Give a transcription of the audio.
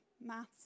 maths